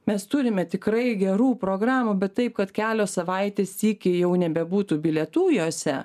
mes turime tikrai gerų programų bet taip kad kelios savaitės sykį jau nebebūtų bilietų jose